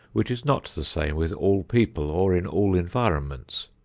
which is not the same with all people or in all environments.